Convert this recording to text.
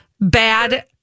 bad